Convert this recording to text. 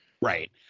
Right